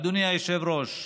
אדוני היושב-ראש,